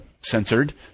Censored